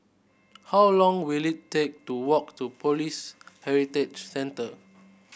how long will it take to walk to Police Heritage Centre